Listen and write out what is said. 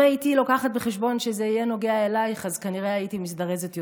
אם הייתי מביאה בחשבון שזה יהיה נוגע אלייך אז כנראה הייתי מזדרזת יותר.